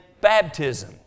baptism